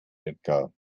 edgar